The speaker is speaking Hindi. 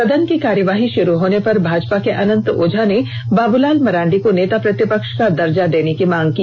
सदन की कार्यवाही शुरू होने पर भाजपा के अनंत ओझा ने बाबूलाल मरांडी को नेता प्रतिपक्ष का दर्जा देने की मांग की